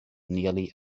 nearly